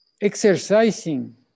exercising